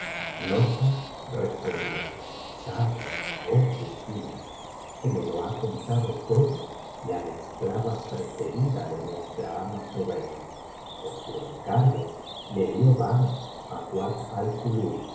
nozha respondió sabe oh subhia que me lo ha contado todo la esclava preferida de nuestra biblioteca valenciana generalitat valenciana las mil noches y una noche ama zobeida por su encargo le dio banj á kuat